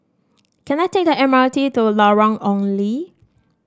can I take the M R T to Lorong Ong Lye